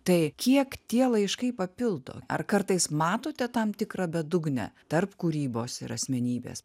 tai kiek tie laiškai papildo ar kartais matote tam tikrą bedugnę tarp kūrybos ir asmenybės